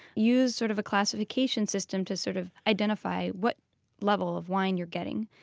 use sort of a classification system to sort of identify what level of wine you're getting.